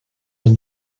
and